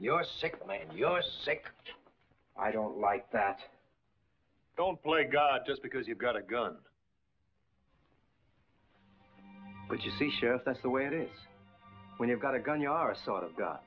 mind your sick i don't like that don't play god just because you've got a gun but you see sure that's the way it is when you've got a gun you are sort of go